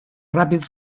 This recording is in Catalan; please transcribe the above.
ràpid